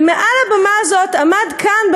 ומעל הבמה הזאת עמד כאן,